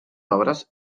obres